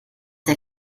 der